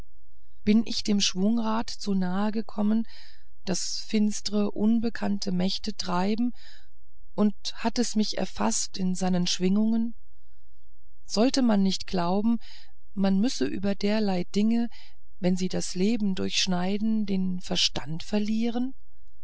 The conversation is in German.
bin ich dem schwungrad zu nahe gekommen das finstre unbekannte mächte treiben und hat es mich erfaßt in seinen schwingungen sollte man nicht glauben man müsse über derlei dinge wenn sie das leben durchschneiden den verstand verlieren